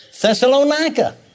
Thessalonica